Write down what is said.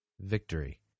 victory